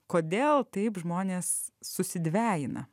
kodėl taip žmonės susidvejina